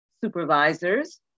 supervisors